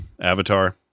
Avatar